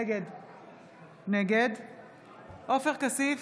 נגד עופר כסיף,